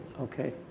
Okay